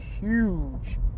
huge